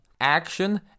Action